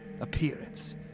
appearance